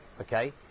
Okay